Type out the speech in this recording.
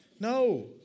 no